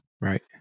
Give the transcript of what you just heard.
right